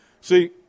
See